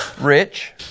Rich